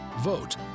Vote